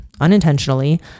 unintentionally